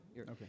Okay